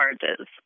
charges